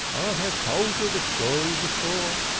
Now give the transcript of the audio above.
have told her the story before.